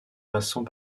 passant